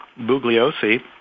Bugliosi